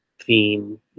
Theme